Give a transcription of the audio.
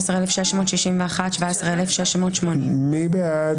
17,301 עד 17,320. מי בעד?